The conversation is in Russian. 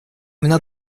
именно